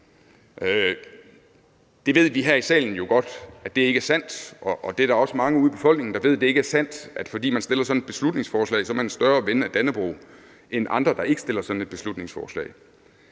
Det ved vi jo godt her i salen ikke er sandt, og der er også mange ude i befolkningen, der ved, at det ikke er sandt, at fordi man fremsætter sådan et beslutningsforslag, er man en større ven af Dannebrog end andre, der ikke fremsætter sådan et beslutningsforslag.